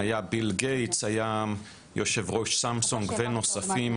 היה ביל גייטס, היה יו"ר סמסונג ונוספים.